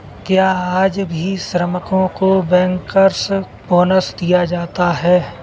क्या आज भी श्रमिकों को बैंकर्स बोनस दिया जाता है?